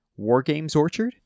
wargamesorchard